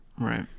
Right